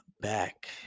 back